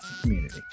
community